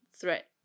threat